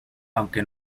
aunque